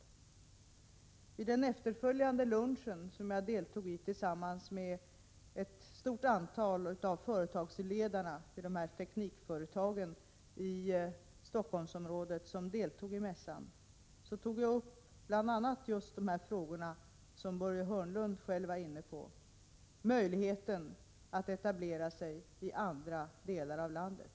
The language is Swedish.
Vid den efterföljande lunchen som jag deltog i tillsammans med ett stort antal av företagsledarna vid de teknikföretag i Stockholmsområdet som deltog i mässan tog jag bl.a. upp just de frågor som Börje Hörnlund var inne på, nämligen möjligheten att etablera sig i andra delar av landet.